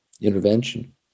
intervention